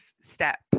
step